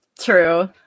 true